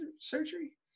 surgery